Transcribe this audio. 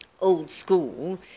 old-school